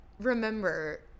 remember